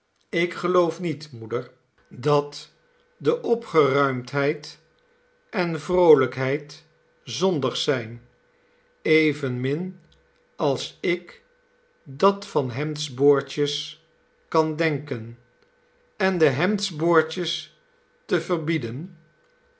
ik geloof niet moeder dat nelly de opgeruimdheid en vroolijkheid zondig zijn evenmin als ik dat van hemdsboordjes kan denken en de hemdsboordjes te verbieden